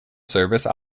service